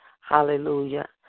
Hallelujah